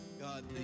God